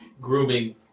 grooming